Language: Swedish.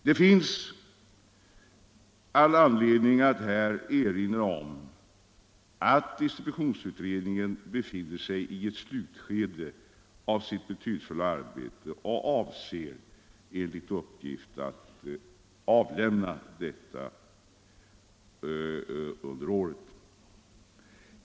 Det finns all anledning att här erinra om att distributionsutredningen befinner sig i slutskedet av sitt betydelsefulla arbete och enligt uppgift avser att avlämna sitt betänkande under året.